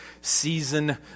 season